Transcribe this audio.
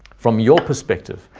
from your perspective,